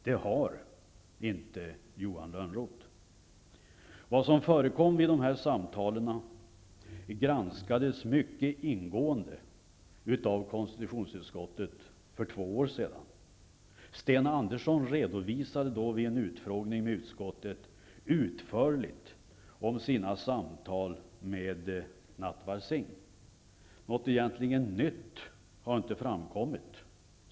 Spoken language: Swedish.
Det har inte Johan Vad som förekom vid dessa samtal granskades mycket ingående av konstitutionsutskottet för två år sedan. Sten Andersson redovisade då vid en utfrågning i utskottet utförligt sina samtal med Natwar Singh. Något som egentligen är nytt har sedan dess inte framkommit.